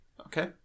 Okay